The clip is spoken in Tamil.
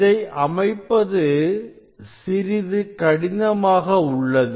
இதை அமைப்பது சிறிது கடினமாக உள்ளது